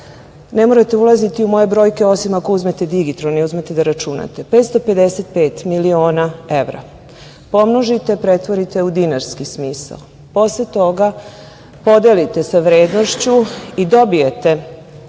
Ne morate ulaziti u moje brojke osim ako uzmete digitron i uzmete da računate. Dakle, 555 miliona evra pomnožite, pretvorite u dinarski smisao, posle toga podelite sa vrednošću i dobijete